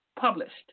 published